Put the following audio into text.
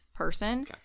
person